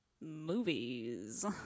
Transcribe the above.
movies